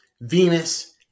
Venus